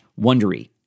Wondery